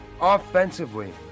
offensively